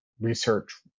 research